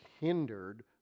hindered